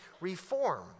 reform